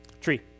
tree